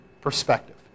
perspective